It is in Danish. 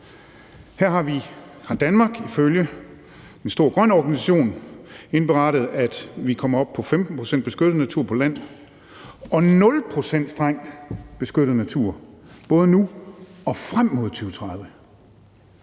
Her har Danmark ifølge en stor grøn organisation indberettet, at vi kommer op på 15 pct. beskyttet natur på land og 0 pct. strengt beskyttet natur, både nu og frem mod 2030.